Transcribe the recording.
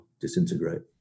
disintegrate